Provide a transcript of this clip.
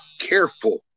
careful